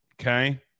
okay